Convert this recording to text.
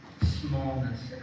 smallness